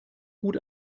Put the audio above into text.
gut